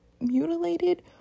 mutilated